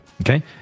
okay